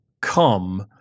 come